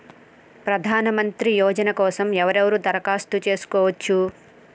ప్రధానమంత్రి యోజన కోసం ఎవరెవరు దరఖాస్తు చేసుకోవచ్చు?